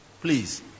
Please